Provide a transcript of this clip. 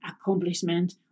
accomplishment